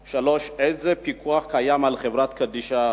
3. איזה פיקוח קיים על חברה קדישא?